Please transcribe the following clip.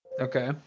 Okay